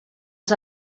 els